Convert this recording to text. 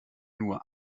nur